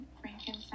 Frankenstein